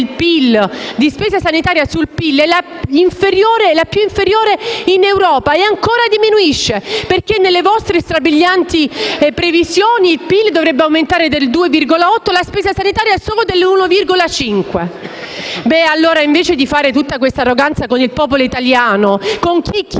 di spesa sanitaria sul PIL è la più bassa in Europa e ancora diminuisce, perché nelle vostre strabilianti previsioni il PIL dovrebbe aumentare del 2,8 per cento e la spesa sanitaria solo dell'1,5 per cento. Invece di mostrare tutta questa arroganza con il popolo italiano, con chi chiede